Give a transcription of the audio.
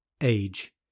age